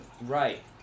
Right